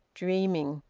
dreaming.